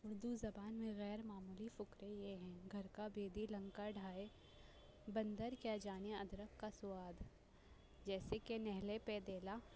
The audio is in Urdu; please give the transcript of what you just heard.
اردو زبان میں غیر معمولی فکرے یہ ہیں گھر کا بیدی لنکا ڈھائے بندر کیا جانے ادرک کا سواد جیسے کہ نہلے پہ دیلا